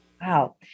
Wow